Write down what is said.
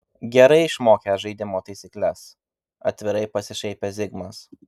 gerai išmokęs žaidimo taisykles atvirai pasišaipė zigmas